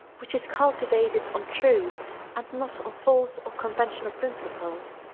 which is cultivated on true and not on false or conventional principles.